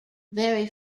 very